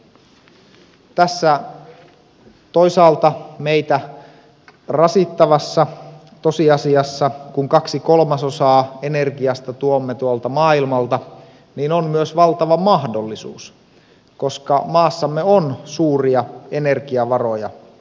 tässä toisaalta meitä rasittavassa tosiasiassa kun kaksi kolmasosaa energiasta tuomme maailmalta on myös valtava mahdollisuus koska maassamme on suuria energiavaroja